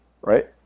right